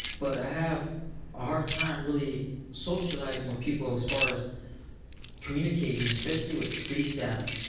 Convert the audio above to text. but i have a hard time really socializing with people as far as communicating, especially with free staff.